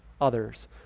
others